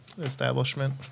establishment